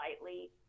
slightly